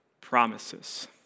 promises